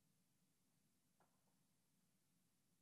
אני